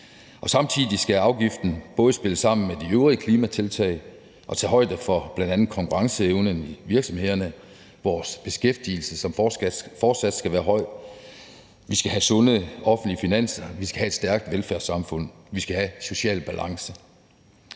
Samtidig skal afgiften både spille sammen med de øvrige klimatiltag og tage højde for bl.a. konkurrenceevnen i virksomhederne, vores beskæftigelse, som fortsat skal være høj – vi skal have sunde offentlige finanser, vi skal have et stærkt velfærdssamfund, vi skal have social balance.